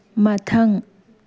ꯃꯊꯪ